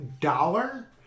dollar